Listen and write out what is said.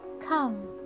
come